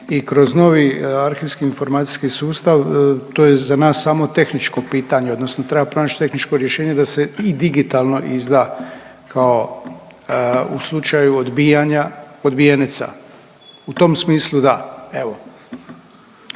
i kroz novi arhivski, informacijski sustav to je za nas samo tehničko pitanje odnosno treba pronać tehničko rješenje da se i digitalno izda kao u slučaju odbijanja odbijenica. U tom smislu da evo.